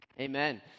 Amen